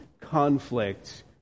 conflict